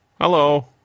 Hello